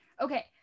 Okay